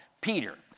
Peter